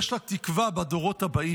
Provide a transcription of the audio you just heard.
יש לה תקווה בדורות הבאים,